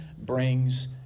brings